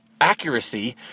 accuracy